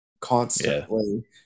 constantly